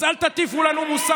אז אל תטיפו לנו מוסר,